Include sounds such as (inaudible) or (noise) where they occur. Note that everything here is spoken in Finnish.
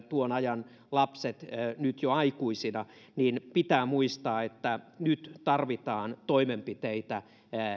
(unintelligible) tuon ajan lapset nyt jo aikuisina harteillaan kantavat pitää muistaa että nyt tarvitaan toimenpiteitä